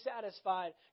satisfied